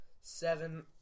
seven